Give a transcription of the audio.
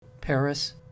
Paris